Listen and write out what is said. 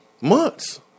Months